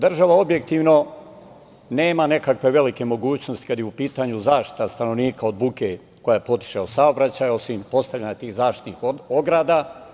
Država objektivno nema neke veliko mogućnosti kada je u pitanju zaštita stanovnika od buke koja potiče od saobraćaja, osim postavljanja tih zaštitnih ograda.